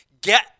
get